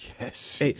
Yes